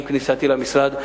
עם כניסתי למשרד.